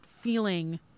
feeling